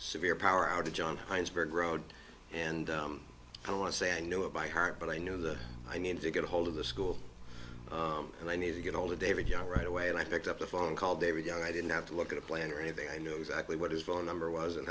severe power outage on heinsberg road and i don't want to say i know it by heart but i know that i need to get ahold of the school and i need to get all the david young right away and i picked up the phone called david young i didn't have to look at a plan or anything i know exactly what his phone number was and